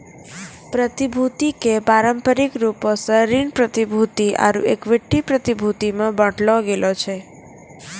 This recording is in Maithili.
प्रतिभूति के पारंपरिक रूपो से ऋण प्रतिभूति आरु इक्विटी प्रतिभूति मे बांटलो गेलो छै